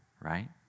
right